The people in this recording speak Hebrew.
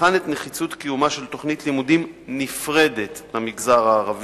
תבחן את נחיצות קיומה של תוכנית לימודים נפרדת למגזר הערבי